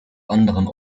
anderen